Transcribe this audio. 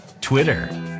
Twitter